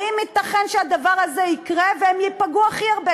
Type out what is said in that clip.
האם ייתכן שהדבר הזה יקרה והם ייפגעו הכי הרבה?